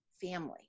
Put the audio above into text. family